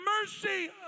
mercy